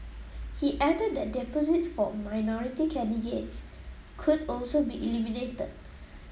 he added that deposits for minority candidates could also be eliminated